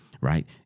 right